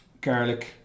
garlic